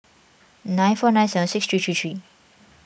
nine four nine seven six three three three